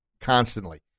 constantly